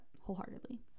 wholeheartedly